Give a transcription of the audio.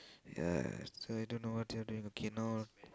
ya so I don't know what you're doing okay now